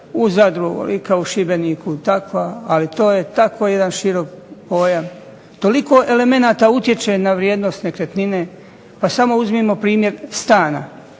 u Zadru, u Šibeniku takva, ali to je tako jedan širok pojam, toliko elemenata utječe na vrijednost nekretnine. Pa samo uzmimo primjer stana